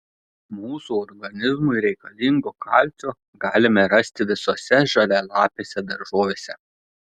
mūsų organizmui reikalingo kalcio galime rasti visose žalialapėse daržovėse